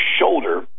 shoulder